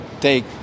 take